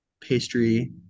pastry